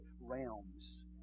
Realms